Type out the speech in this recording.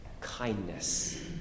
kindness